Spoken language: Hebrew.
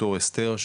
דוקטור אסתר,